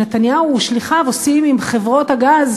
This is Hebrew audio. שנתניהו ושליחיו עושים עם חברות הגז